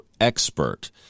Expert